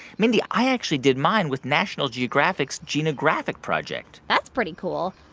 mindy, i actually did mine with national geographic's genographic project that's pretty cool.